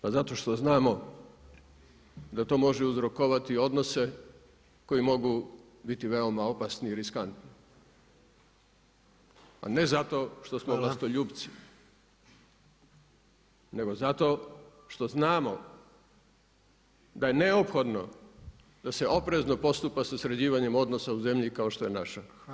Pa zato što znamo da to može uzrokovati odnose koji mogu biti veoma opasni i riskantni, a ne zato [[Upadica Jandroković: Hvala.]] što smo gostoljupci, nego zato što znamo da je neophodno da se oprezno postupa sa sređivanjem odnosa u zemlji kao što je naša.